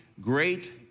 great